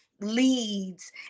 leads